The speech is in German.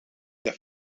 der